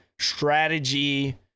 strategy